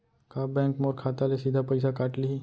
का बैंक मोर खाता ले सीधा पइसा काट लिही?